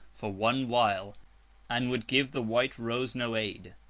for one while and would give the white rose no aid.